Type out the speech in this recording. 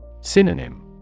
Synonym